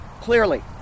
clearly